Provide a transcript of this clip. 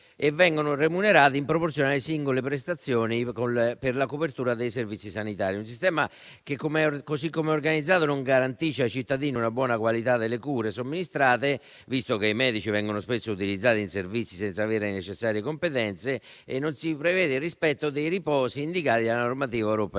che vengono remunerati in proporzione alle singole prestazioni per la copertura dei servizi sanitari. È questo un sistema che, come così come è organizzato, non garantisce ai cittadini una buona qualità delle cure somministrate, visto che i medici vengono spesso utilizzati in servizi senza avere le necessarie competenze e non si prevede il rispetto dei riposi indicati dalla normativa europea.